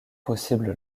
possible